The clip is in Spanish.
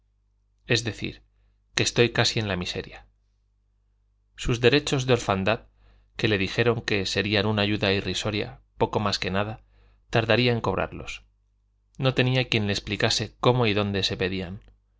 es decir que estoy casi en la miseria sus derechos de orfandad que le dijeron que serían una ayuda irrisoria poco más que nada tardaría en cobrarlos no tenía quien le explicase cómo y dónde se pedían